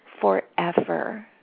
forever